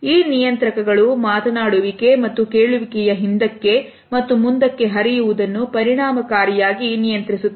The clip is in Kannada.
ಈ ನಿಯಂತ್ರಕಗಳು ಮಾತನಾಡುವಿಕೆ ಮತ್ತು ಕೇಳುವಿಕೆಯ ಹಿಂದಕ್ಕೆ ಮತ್ತು ಮುಂದಕ್ಕೆ ಹರಿಯುವುದನ್ನು ಪರಿಣಾಮಕಾರಿಯಾಗಿ ನಿಯಂತ್ರಿಸುತ್ತವೆ